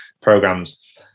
programs